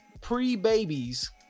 pre-babies